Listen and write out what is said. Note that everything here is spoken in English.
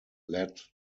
led